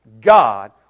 God